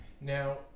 Now